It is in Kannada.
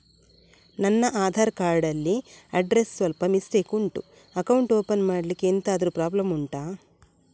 ನನ್ನ ಆಧಾರ್ ಕಾರ್ಡ್ ಅಲ್ಲಿ ಅಡ್ರೆಸ್ ಸ್ವಲ್ಪ ಮಿಸ್ಟೇಕ್ ಉಂಟು ಅಕೌಂಟ್ ಓಪನ್ ಮಾಡ್ಲಿಕ್ಕೆ ಎಂತಾದ್ರು ಪ್ರಾಬ್ಲಮ್ ಉಂಟಾ